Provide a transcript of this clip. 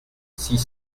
six